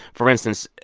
for instance,